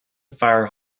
fire